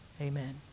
Amen